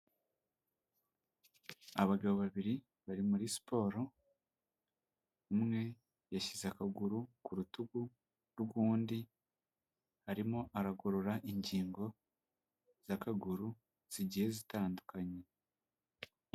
Abagabo babiri bari muri siporo, umwe yashyize akaguru ku rutugu rw'undi, arimo aragorora ingingo z'akaguru zigiye zitandukanye.